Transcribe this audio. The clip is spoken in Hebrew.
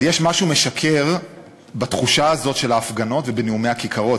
אבל יש משהו משכר בתחושה הזאת של ההפגנות ובנאומי הכיכרות,